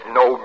no